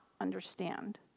understand